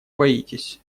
боитесь